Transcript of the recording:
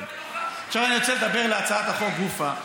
עכשיו אני רוצה לדבר על הצעת החוק גופה,